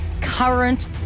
current